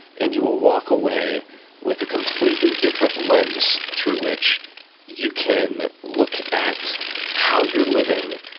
and you will walk away with a completely different lens through which you can look at how you're living,